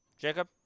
Jacob